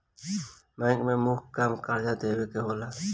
bank के मुख्य काम कर्जा देवे के होला